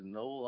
no